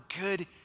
good